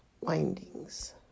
windings